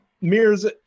Mirror's